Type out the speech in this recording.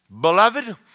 Beloved